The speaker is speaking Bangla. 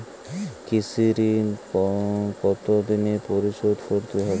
কৃষি ঋণ কতোদিনে পরিশোধ করতে হবে?